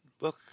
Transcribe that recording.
look